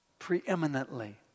preeminently